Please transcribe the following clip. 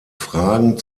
fragen